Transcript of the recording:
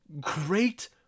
great